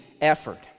effort